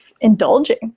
indulging